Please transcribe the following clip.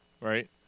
right